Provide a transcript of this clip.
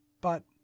but